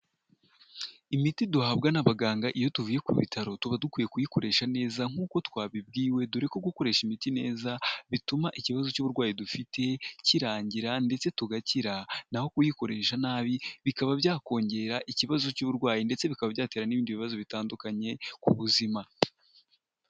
Imiti duhabwa n'abaganga iyo tuvuye ku bitaro, tuba dukwiye kuyikoresha neza nk'uko twabibwiwe, dore gukoresha imiti neza bituma ikibazo cy'uburwayi dufite kirangira ndetse tugakira, naho kuyikoresha nabi bikaba byakongera ikibazo cy'uburwayi, ndetse bikaba byatera n'ibindi bibazo bitandukanye ku buzima.